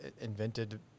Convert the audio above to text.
invented